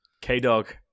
K-Dog